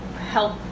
help